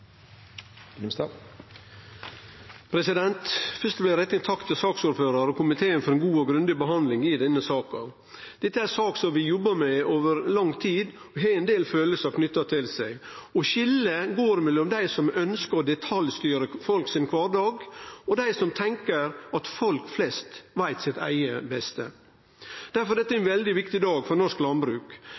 Venstre. Fyrst vil eg rette ein takk til saksordføraren og komiteen for ei god og grundig behandling i denne saka. Dette er ei sak vi har jobba med over lang tid, og som har ein del følelsar knytte til seg. Skiljet går mellom dei som ønskjer å detaljstyre kvardagen til folk, og dei som tenkjer at folk flest veit sitt eige beste. Difor er dette ein veldig viktig dag for norsk landbruk.